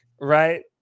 right